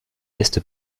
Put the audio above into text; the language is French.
est